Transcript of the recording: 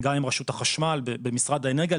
גם עם רשות החשמל במשרד האנרגיה,